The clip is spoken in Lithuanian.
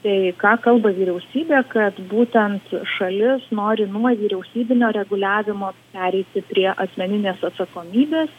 tai ką kalba vyriausybė kad būtent šalis nori nuo vyriausybinio reguliavimo pereiti prie asmeninės atsakomybės